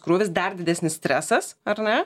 krūvis dar didesnis stresas ar ne